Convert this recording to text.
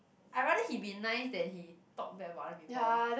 I rather he be nice than he talk bad about other people